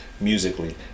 Musically